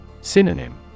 Synonym